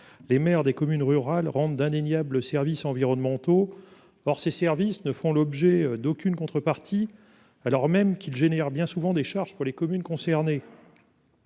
Les maires des communes rurales rendent d'indéniables services environnementaux. Or, ces services ne font l'objet d'aucune contrepartie alors même qu'il génère bien souvent des charges pour les communes concernées.--